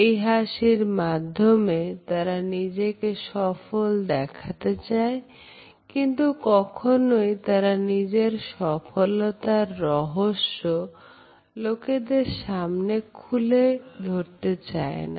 এই হাসির মাধ্যমে তারা নিজেকে সফল দেখাতে চায় কিন্তু কখনই তারা নিজের সফলতার রহস্য লোকেদের সামনে খুলে ধরতে চায় না